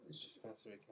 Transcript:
dispensary